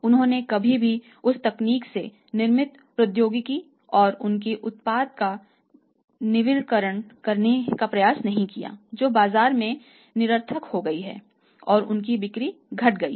उन्होंने कभी भी उस तकनीक से निर्मित प्रौद्योगिकी और उनके उत्पाद का नवीनीकरण करने का प्रयास नहीं किया जो बाजार में निरर्थक हो गए और उनकी बिक्री घट गई